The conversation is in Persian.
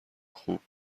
خوب